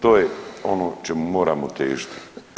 To je ono čemu moramo težiti.